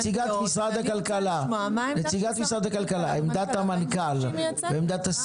ואני רוצה לשמוע מה עמדת משרד הכלכלה שהיא מייצגת,